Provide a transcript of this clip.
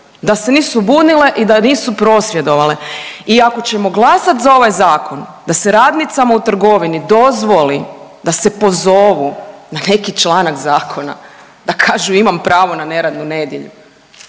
da se nisu bunile i da nisu prosvjedovale. I ako ćemo glasat za ovaj zakon da se radnicama u trgovini dozvoli, da se pozovu na neki članak zakona, da kažu imam pravo na neradnu nedjelju.